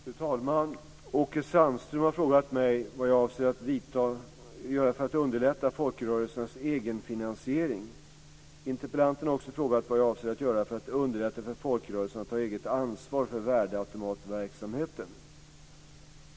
Fru talman! Åke Sandström har frågat mig vad jag avser att göra för att underlätta folkrörelsernas egenfinansiering. Interpellanten har också frågat vad jag avser att göra för att underlätta för folkrörelserna att ta eget ansvar för värdeautomatverksamheten.